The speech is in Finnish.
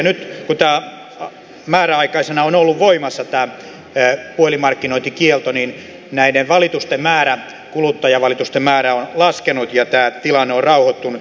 nyt kun tämä puhelinmarkkinointikielto määräaikaisena on ollut voimassa päättää puhelinmarkkinointikielto ei näiden valitusten määrä niin kuluttajavalitusten määrä on laskenut ja tilanne on rauhoittunut